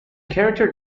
character